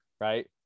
right